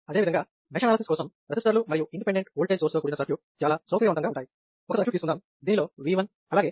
అదేవిధంగా mesh analysis కోసం రెసిస్టర్లు మరియు ఇండిపెండెంట్ ఓల్టేజ్ సోర్స్ తో కూడిన సర్క్యూట్ చాలా సౌకర్యవంతంగా ఉంటాయి